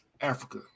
Africa